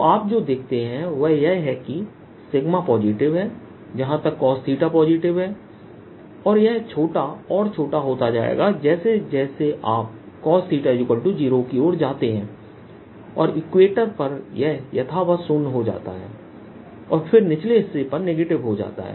तो आप जो देखते हैं वह यह है कि सिग्मा पॉजिटिव है जहां तक cos पॉजिटिव है और यह छोटा और छोटा होता जाएगा जैसी जैसी आप cos0 की ओर जाते हैं और इक्वेटर पर यह यथावत शून्य हो जाता है और फिर निचले हिस्से पर नेगेटिव हो जाता है